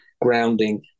grounding